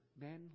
men